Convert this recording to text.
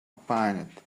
opined